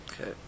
Okay